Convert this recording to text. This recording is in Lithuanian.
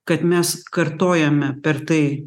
kad mes kartojame per tai